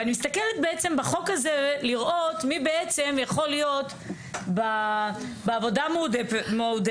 אני מסתכלת בעצם בחוק הזה לראות מי בעצם יכול להיות בעבודה מועדפת,